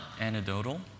anecdotal